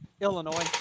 Illinois